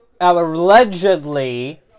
allegedly